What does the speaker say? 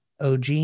og